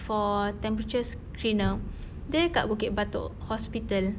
for temperature screener dia dekat bukit batok hospital